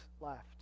left